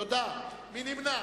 מי נמנע?